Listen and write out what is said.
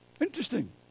Interesting